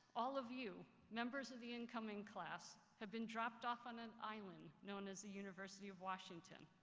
all of you, members of the incoming class, have been dropped off on an island known as the university of washington.